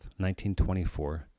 1924